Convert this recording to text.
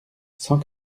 cent